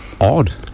odd